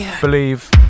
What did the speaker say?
believe